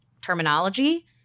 terminology